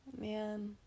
man